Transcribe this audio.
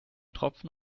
tropfen